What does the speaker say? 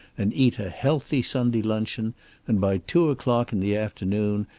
and eat a healthy sunday luncheon and by two o'clock in the afternoon,